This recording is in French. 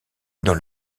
dans